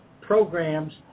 programs